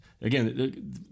Again